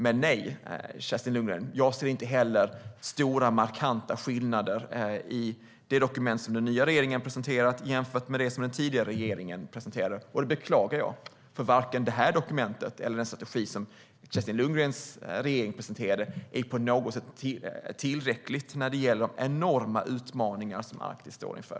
Men, Kerstin Lundgren, jag ser inte heller stora markanta skillnader i det dokument som den nya regeringen har presenterat jämfört med det som den tidigare regeringen presenterade. Det beklagar jag, eftersom varken detta dokument eller den strategi som Kerstin Lundgrens regering presenterade är på något sätt tillräckligt när det gäller de enorma utmaningar som Arktis står inför.